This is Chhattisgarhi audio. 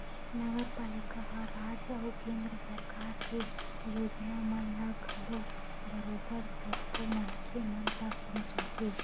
नगरपालिका ह राज अउ केंद्र सरकार के योजना मन ल घलो बरोबर सब्बो मनखे मन तक पहुंचाथे